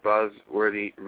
Buzzworthy